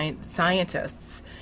scientists